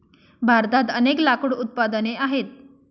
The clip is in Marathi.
भारतात अनेक लाकूड उत्पादने आहेत